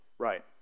Right